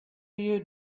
you